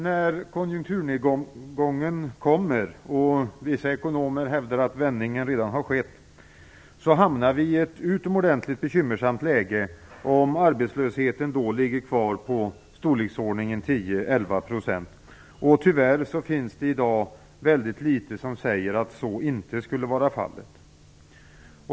När konjunkturnedgången kommer - vissa ekonomer hävdar att vändningen redan har skett - hamnar vi i ett utomordentligt bekymmersamt läge, om arbetslösheten då ligger kvar på 10-11 %. Tyvärr finns det i dag väldigt litet som säger att så inte skulle vara fallet.